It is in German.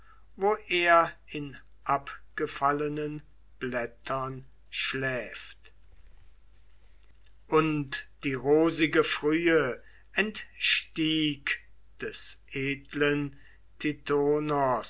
wo er in abgefallenen blättern schläft und die rosige frühe entstieg des edlen